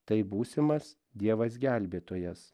tai būsimas dievas gelbėtojas